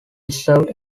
reserved